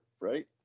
right